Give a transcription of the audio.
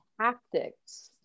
tactics